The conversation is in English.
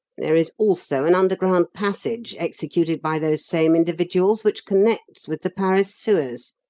there is also an underground passage executed by those same individuals which connects with the paris sewers.